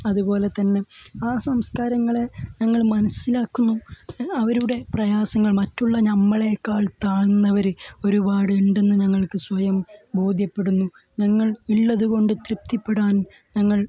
അതുപോലെ തന്നെ ആ സംസ്കാരങ്ങളെ ഞങ്ങൾ മനസ്സിലാക്കുന്നു അവരുടെ പ്രയാസങ്ങൾ മറ്റുള്ള ഞമ്മളെക്കാൾ താഴ്ന്നവരെ ഒരുപാട് ഉണ്ടെന്നു ഞങ്ങൾക്ക് സ്വയം ബോധ്യപ്പെടുന്നു ഞങ്ങൾ ഉള്ളതുകൊണ്ട് തൃപ്തിപ്പെടാൻ ഞങ്ങൾ